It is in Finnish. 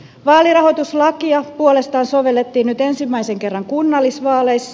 vaalirahoituslakia puolestaan sovellettiin ensimmäisen kerran kunnallisvaaleissa